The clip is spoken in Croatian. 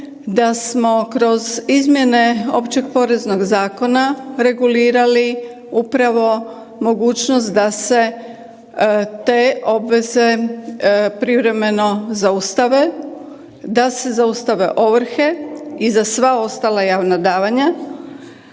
da smo kroz izmjene Općeg poreznog zakona regulirali upravo mogućnost da se te obveze privremeno zaustave, da se zaustave ovrhe i za sva ostala javna davanja